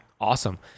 awesome